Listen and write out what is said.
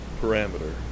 parameter